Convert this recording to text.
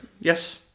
Yes